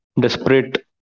desperate